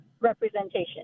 representation